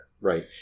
Right